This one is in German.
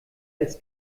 als